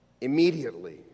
Immediately